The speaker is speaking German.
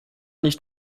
nicht